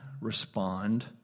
respond